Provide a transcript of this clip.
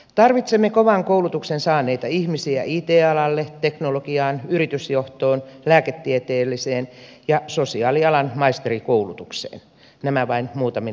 tarvitsemme kovan koulutuksen saaneita ihmisiä it alalle teknologiaan yritysjohtoon lääketieteelliseen ja sosiaalialan maisterikoulutukseen nämä vain muutamina esimerkkeinä